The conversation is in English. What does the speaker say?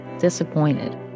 disappointed